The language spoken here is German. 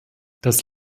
das